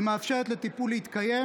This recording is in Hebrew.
היא מאפשרת לטיפול להתקיים.